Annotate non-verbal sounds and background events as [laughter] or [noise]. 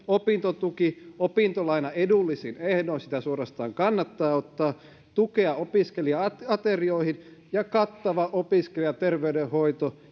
[unintelligible] opintotuki opintolaina edullisin ehdoin jota suorastaan kannattaa ottaa tukea opiskelija aterioihin kattava opiskelijaterveydenhoito